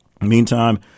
Meantime